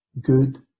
good